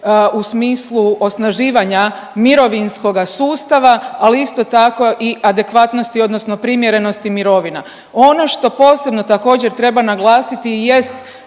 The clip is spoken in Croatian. u smislu osnaživanja mirovinskoga sustava, ali isto tako i adekvatnosti odnosno primjerenosti mirovina. Ono što posebno također treba naglasiti jest